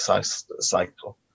cycle